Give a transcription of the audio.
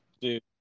dude